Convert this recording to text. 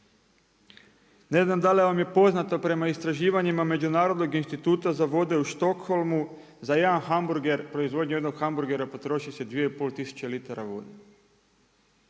da li vam je poznato prema istraživanjima Međunarodnog instituta za vode u Stockholmu za jedan hamburger, proizvodnju jednog hamburgera potroši se 2,5 tisuće litara vode,